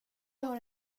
har